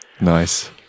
Nice